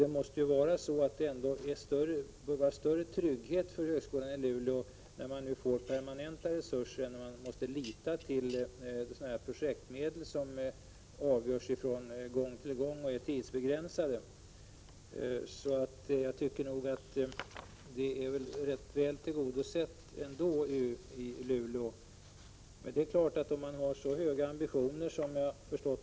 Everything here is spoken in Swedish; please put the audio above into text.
Det måste innebära en större trygghet för högskolan i Luleå, när man får permanenta resurser jämfört med när man måste lita till projektmedel, som bestäms från gång till gång och är tidsbegränsade. Behoven är rätt väl tillgodosedda i Luleå. Jag har förstått att man har höga ambitioner i Luleå.